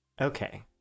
Okay